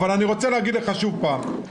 אבל אני רוצה להגיד לך שוב פעם,